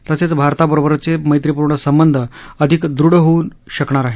तसेच भारताबरोबरचे मैत्रिपूर्ण संबंध अधिक दृढ होऊ शकणार आहेत